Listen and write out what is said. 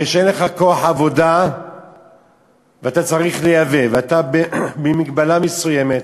כאשר אין לך כוח עבודה ואתה צריך לייבא ואתה בהגבלה מסוימת,